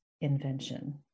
invention